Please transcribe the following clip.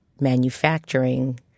manufacturing